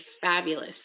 fabulous